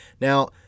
Now